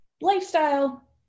lifestyle